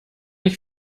ich